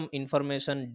information